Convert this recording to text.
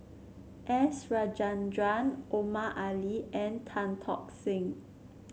S Rajendran Omar Ali and Tan Tock Seng